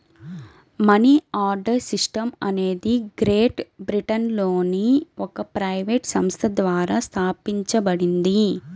money order system అనేది great బ్రిటన్లోని ఒక ప్రైవేట్ సంస్థ ద్వారా స్థాపించబడింది